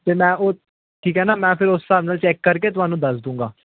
ਅਤੇ ਮੈਂ ਉਹ ਠੀਕ ਹੈ ਨਾ ਮੈਂ ਫਿਰ ਉਸ ਹਿਸਾਬ ਨਾਲ ਚੈੱਕ ਕਰਕੇ ਤੁਹਾਨੂੰ ਦੱਸ ਦਉਂਗਾ